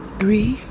three